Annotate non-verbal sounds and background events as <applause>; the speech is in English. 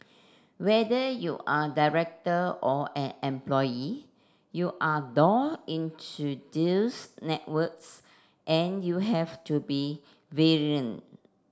whether you're director or an employee you're door into those networks and you have to be <unintelligible>